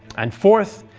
and fourth,